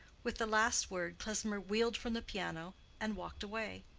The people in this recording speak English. with the last word klesmer wheeled from the piano and walked away.